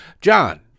John